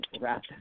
wrap